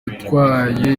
yatwaye